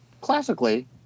classically